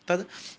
तद्